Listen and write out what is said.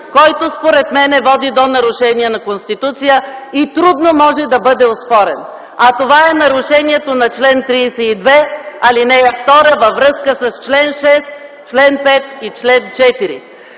който според мен води до нарушение на Конституция и трудно може да бъде оспорен, а това е нарушението на чл. 32, ал. 2 във връзка с чл. 6, чл. 5 и чл. 4.